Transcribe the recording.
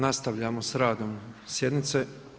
Nastavljamo sa radom sjednice.